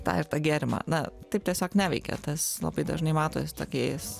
tą ir tą gėrimą na taip tiesiog neveikia tas labai dažnai matosi tokiais